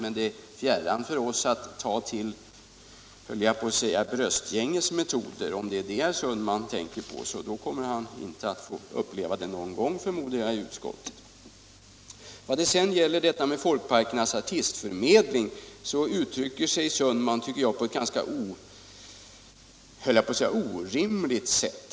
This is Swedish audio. Men det är oss fjärran att ta till bröstgänges metoder, så om det är det herr Sundman tänker på kommer han förmodligen inte att få uppleva det någon gång i utskottet. När det gäller Folkparkernas artistförmedling uttrycker sig herr Sundman på ett nästan orimligt sätt.